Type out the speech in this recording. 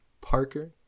Parker